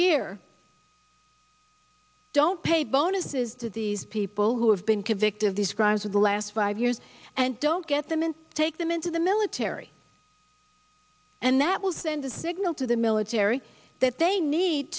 year don't pay bonuses to these people who have been convicted of these crimes in the last five years and don't get them and take them into the military and that was then the signal to the military that they need